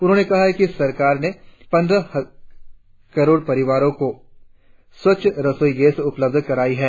उन्होंने कहा कि सरकार ने पंद्रह करोड़ परिवारों को स्वच्छ रसोई गैस उपलब्ध कराई है